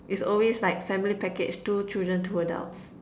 is always like family package two children two adults